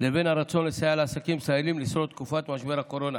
לבין הרצון לסייע לעסקים ישראלים לשרוד את תקופת משבר הקורונה.